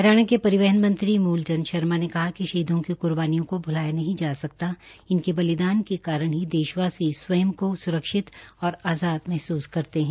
हरियाणा के परिवहन मंत्री मूल चंद शर्मा ने कहा है कि शहीदों की कुर्बानियों को भुलाया नही जा सकता इनके बलिदान के कारण ही देशवासी स्वयं को स्रक्षित और आज़ाद महसूस करते है